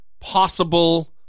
possible